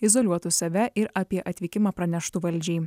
izoliuotų save ir apie atvykimą praneštų valdžiai